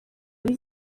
ari